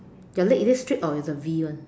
their leg is it straight or it's a V one